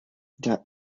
the